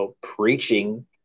preaching –